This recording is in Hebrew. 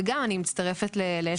וגם אני מצטרפת לדבריה של אסתי.